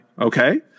okay